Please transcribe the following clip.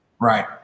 right